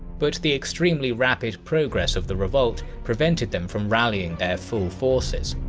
but the extremely rapid progress of the revolt prevented them from rallying their full forces.